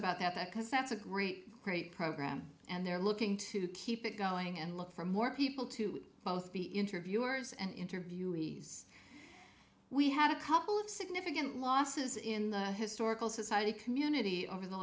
about that because that's a great great program and they're looking to keep it going and look for more people to both be interviewers and interviewees we had a couple of significant losses in the historical society community over the